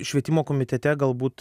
švietimo komitete galbūt